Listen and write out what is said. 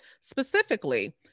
specifically